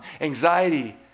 Anxiety